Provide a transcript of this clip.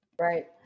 Right